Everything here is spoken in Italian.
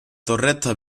torretta